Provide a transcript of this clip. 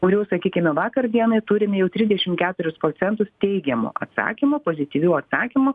kurių sakykime vakar dienai turim jau trisdešim keturis procentus teigiamų atsakymų pozityvių atsakymų